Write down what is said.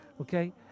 okay